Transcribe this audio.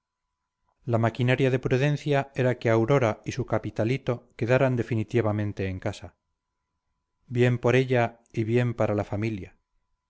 la maquinaria de prudencia era que aurora y su capitalito quedaran definitivamente en casa bien por ella y bien para la familia